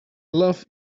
love